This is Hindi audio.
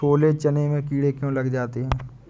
छोले चने में कीड़े क्यो लग जाते हैं?